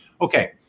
Okay